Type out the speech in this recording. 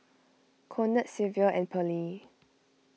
Conard Silvia and Pearle